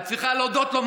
את צריכה להודות פה,